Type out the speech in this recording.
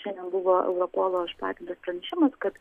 šiandien buvo europolo išplatintas pranešimas kad